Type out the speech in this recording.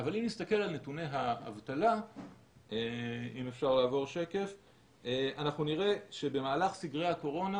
אבל אם נסתכל על נתוני האבטלה אנחנו נראה שבמהלך סגרי הקורונה